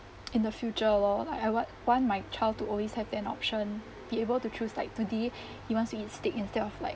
in the future lor like I what want my child to always have an option be able to choose like today he wants to eat steak instead of like